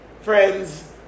Friends